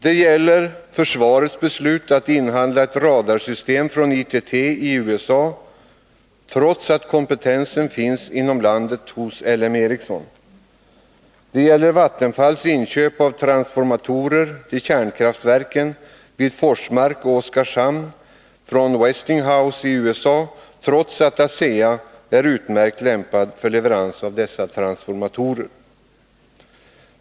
Det gäller försvarets beslut att inhandla ett radarsystem från ITT i USA, trots att kompetensen finns inom landet, hos L M Ericsson. Det gäller Vattenfalls inköp av transformatorer till kärnkraftverken vid Forsmark och Oskarshamn från Westinghouse i USA, trots att ASEA är utmärkt lämpat för leverans av dessa transformatorer.